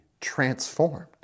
transformed